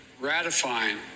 ratifying